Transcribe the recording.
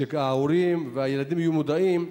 שההורים והילדים יהיו מודעים,